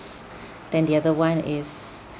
then the other one is